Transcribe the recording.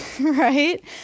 right